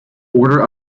order